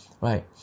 right